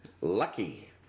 Lucky